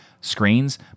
screens